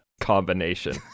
combination